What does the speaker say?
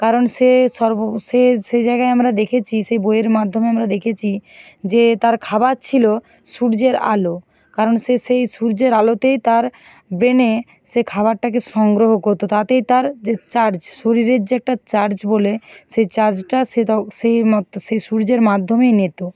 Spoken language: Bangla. কারণ সে সে জায়গায় আমরা দেখেছি সেই বইয়ের মাধ্যমে আমরা দেখেছি যে তার খাবার ছিল সূর্যের আলো কারণ সে সেই সূর্যের আলোতেই তার ব্রেনে সে খাওয়ারটাকে সংগ্রহ করতো তাতেই তার যে চার্জ শরীরের যে একটা চার্জ বলে সেই চার্জটা সে সূর্যের মাধ্যমেই নিতো